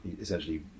essentially